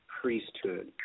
priesthood